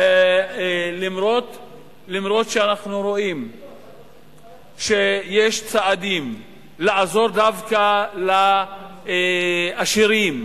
אף-על-פי שאנחנו רואים שיש צעדים לעזור דווקא לעשירים,